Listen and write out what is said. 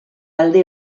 alde